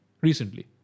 Recently